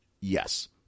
Yes